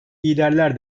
liderler